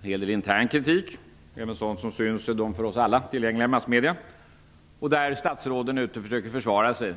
Det rör sig även om intern kritik som syns i dem för oss alla tillgängliga massmedierna. Statsråden är nu ute och försvarar sig.